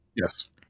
Yes